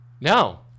No